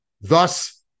Thus